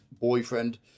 boyfriend